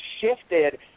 shifted